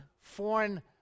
foreign